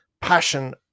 passion